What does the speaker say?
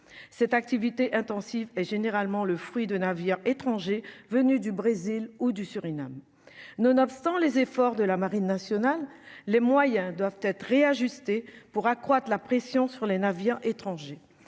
cette activité intensif et généralement le fruit de navires étrangers venus du Brésil ou du Surinam, nonobstant les efforts de la marine nationale les moyens doivent être réajustés pour accroître la pression sur les navires étrangers